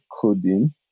coding